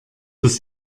das